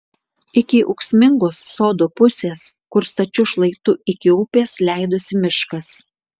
iki ūksmingos sodo pusės kur stačiu šlaitu iki upės leidosi miškas